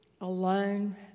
alone